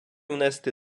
внести